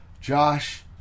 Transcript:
Josh